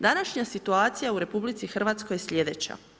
Današnja situacija u RH je slijedeća.